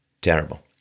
Terrible